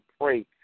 pray